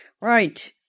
Right